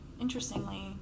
interestingly